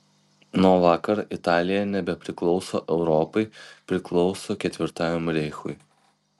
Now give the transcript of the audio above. nuo vakar italija nebepriklauso europai priklauso ketvirtajam reichui